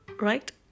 Right